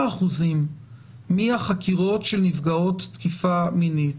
אחוזים מהחקירות של נפגעות תקיפה מינית,